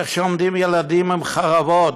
איך שעומדים ילדים עם חרבות,